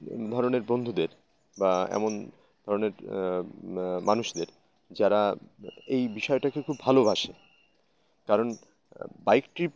ধরনের বন্ধুদের বা এমন ধরনের মানুষদের যারা এই বিষয়টাকে খুব ভালোবাসে কারণ বাইক ট্রিপ